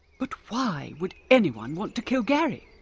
but why would anyone want to kill gary?